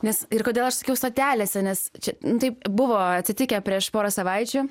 nes ir kodėl aš sakiau stotelėse nes čia taip buvo atsitikę prieš porą savaičių